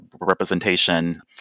representation